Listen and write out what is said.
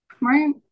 Right